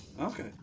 Okay